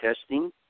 testing